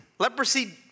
Leprosy